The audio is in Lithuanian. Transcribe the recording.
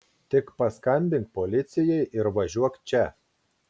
tik paskambink policijai ir važiuok čia